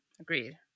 Agreed